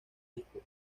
discos